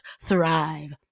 thrive